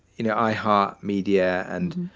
you know, i heart media and